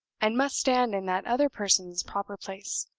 and must stand in that other person's proper place.